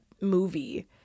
movie